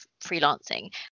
freelancing